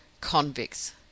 Convicts